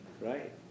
right